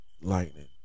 Lightning